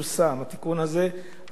התיקון הזה, הרשויות,